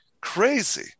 crazy